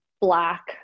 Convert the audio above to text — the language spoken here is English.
black